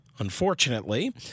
Unfortunately